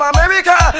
America